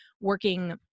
working